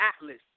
atlas